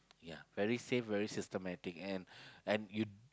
ya very safe very systematic and and you